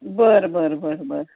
बरं बरं बरं बरं